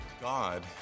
God